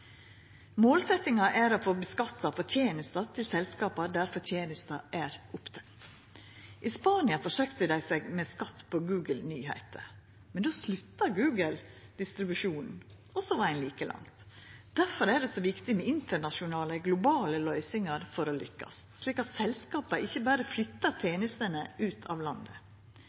er opptent. I Spania forsøkte dei seg med skatt på Google-nyheiter, men då slutta Google med distribusjonen, og så var ein like langt. Difor er det så viktig med internasjonale, globale løysingar for å lykkast, slik at selskapa ikkje berre flyttar tenestene ut av landet.